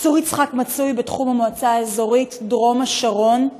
היישוב צור יצחק נמצא בתחום המועצה האזורית דרום השרון.